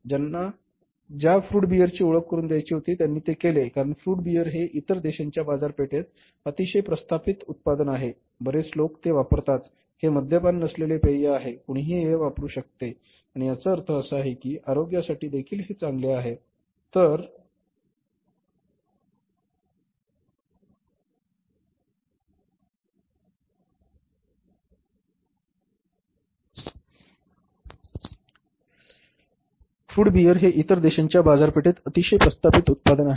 त्यांना ज्या फळ बीयरची ओळख करुन द्यायची होती त्यांनी ते केले कारण फ्रूट बीअर हे इतर देशांच्या बाजारपेठेत अतिशय प्रस्थापित उत्पादन आहे